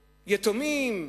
יתומים,